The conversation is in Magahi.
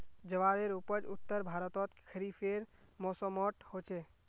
ज्वारेर उपज उत्तर भर्तोत खरिफेर मौसमोट होचे